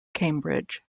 cambridge